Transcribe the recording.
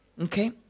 Okay